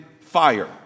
fire